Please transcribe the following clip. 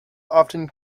often